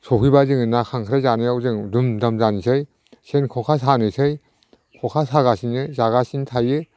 सफैबा जों ना खांख्राय जानायाव जों दुम दाम जानोसै सेन खखा सानोसै खखा सागासिनो जागासिनो थायो